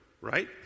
right